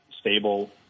stable